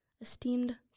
esteemed